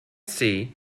see